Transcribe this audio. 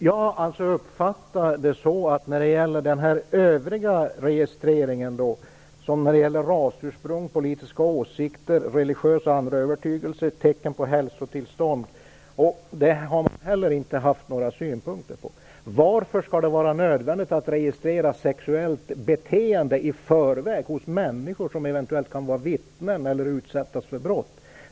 Herr talman! Jag uppfattar det som att man inte har haft några synpunkter när det gäller den övriga registreringen, dvs. rasursprung, politiska åsikter, religiösa och andra övertygelsers samt tecken på hälsotillstånd. Varför skall det vara nödvändigt att registrera sexuellt beteende i förväg hos människor som eventuellt kan vara vittnen eller utsättas för brott?